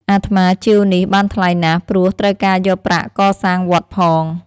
អាត្មាជាវនេះបានថ្លៃណាស់ ព្រោះត្រូវការយកប្រាក់កសាងវត្តផង។